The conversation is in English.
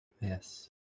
Yes